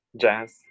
Jazz